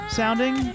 sounding